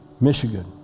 Michigan